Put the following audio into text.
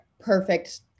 perfect